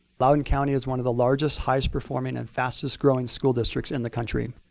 loudoun county is one of the largest, highest performing, and fastest growing school districts in the country.